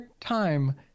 time